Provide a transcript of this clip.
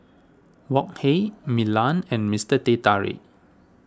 Wok Hey Milan and Mister Teh Tarik